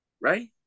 Right